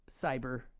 cyber